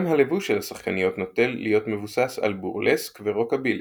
גם הלבוש של השחקניות נוטה להיות מבוסס על בורלסק ורוקבילי.